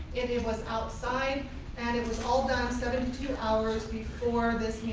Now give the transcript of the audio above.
it it was outside and it was all done seventy two hours before this